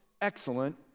excellent